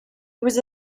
was